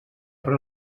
per